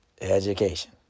education